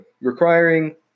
requiring